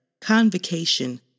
convocation